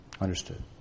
Understood